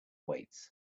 weights